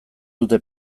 dute